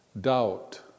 doubt